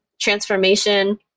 transformation